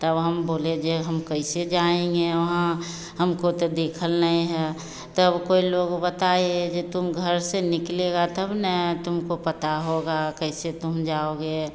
तब हम बोले जो हम कैसे जाएँगे वहाँ हमको तो देखल नहीं है तब कोई लोग बताए जो तुम घर से निकलोगी तब ना तुमको पता होगा कैसे तुम जाओगी